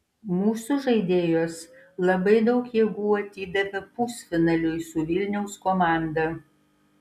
mūsų žaidėjos labai daug jėgų atidavė pusfinaliui su vilniaus komanda